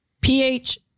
pH